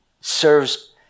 serves